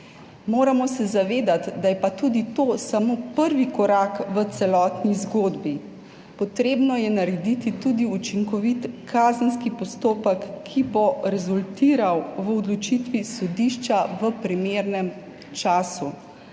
Moramo se zavedati, da je pa tudi to samo prvi korak v celotni zgodbi. Potrebno je narediti tudi učinkovit kazenski postopek, ki bo rezultiral v odločitvi sodišča v primernem času.